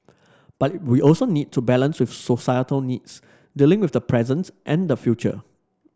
but we also need to balance with societal needs dealing with the present and the future